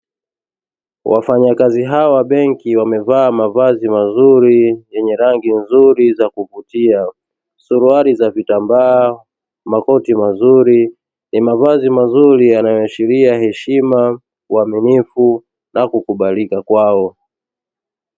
Wafanya kazi hawa wa benki wamevaa mavazi mazuri yenye rangi nzuri za kuvutia, suruali za kitambaa, makoti mazuri, ni mavazi mazuri yanayo ashiria heshima uaminifu na kukubalika kwao.